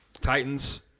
Titans